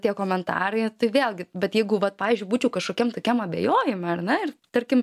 tie komentarai tai vėlgi bet jeigu vat pavyzdžiui būčiau kažkokiam tokiam abejojime ar ne ir tarkim